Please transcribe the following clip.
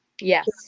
Yes